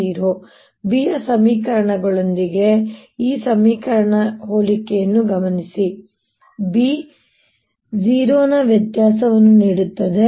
ಹೋಲಿಕೆಯನ್ನು ಗಮನಿಸಿ B ಯ ಸಮೀಕರಣಗಳೊಂದಿಗೆ ಈ ಸಮೀಕರಣಗಳ ಹೋಲಿಕೆಯನ್ನು ಗಮನಿಸಿ ಇದು ನನಗೆ B 0 ನ ವ್ಯತ್ಯಾಸವನ್ನು ನೀಡುತ್ತದೆ